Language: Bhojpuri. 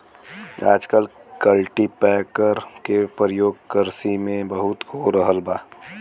आजकल कल्टीपैकर के परियोग किरसी में बहुत हो रहल बा